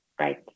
Right